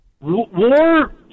war